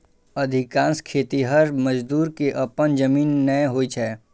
अधिकांश खेतिहर मजदूर कें अपन जमीन नै होइ छै